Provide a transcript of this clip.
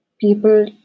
people